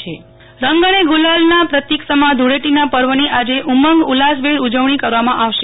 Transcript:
નેહ્લ ઠક્કર ધૂળેટીની ઉજવણી રંગ અને ગુલાલનાં પ્રતિક સમાં ધૂળેટીનાં પર્વની આજે ઉમંગ ઉલ્લાસભેર ઉજવણી કરવામાં આવશે